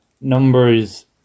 numbers